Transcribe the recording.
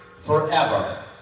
forever